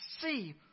see